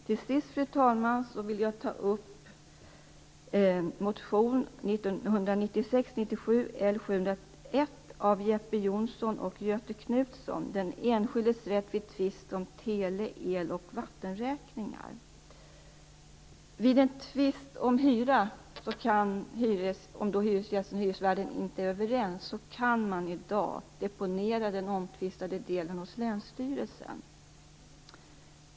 Till sist, fru talman, vill jag ta upp motion Den enskildes rätt vid tvist om tele-, el och vattenräkningar m.m. Vid en tvist om hyran - om hyresgästen och hyresvärden inte är överens - kan man i dag deponera den omtvistade delen hos länsstyrelsen.